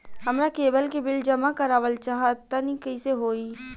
हमरा केबल के बिल जमा करावल चहा तनि कइसे होई?